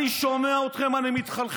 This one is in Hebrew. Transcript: אני שומע אתכם ואני מתחלחל.